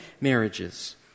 marriages